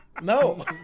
No